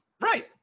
Right